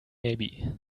maybe